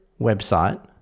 website